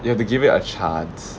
you have to give it a chance